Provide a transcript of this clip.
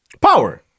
Power